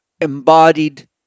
embodied